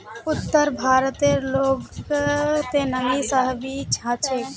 उत्तर भारतेर लोगक त नमी सहबइ ह छेक